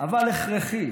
אבל הכרחית.